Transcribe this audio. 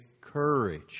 courage